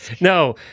No